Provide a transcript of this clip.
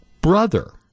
brother